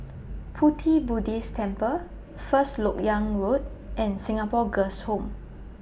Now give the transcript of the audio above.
Pu Ti Buddhist Temple First Lok Yang Road and Singapore Girls' Home